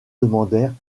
demandèrent